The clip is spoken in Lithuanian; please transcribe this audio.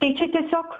tai čia tiesiog